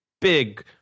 big